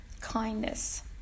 Kindness